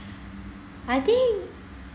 I think